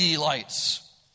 lights